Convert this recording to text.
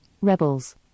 rebels